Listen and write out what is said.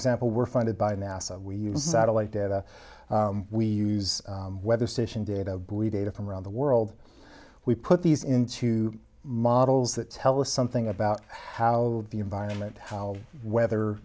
example we're funded by nasa we use satellite data we use weather station did a data from around the world we put these into models that tell us something about how the environment how weather